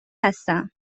هستم